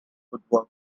footwork